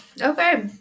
okay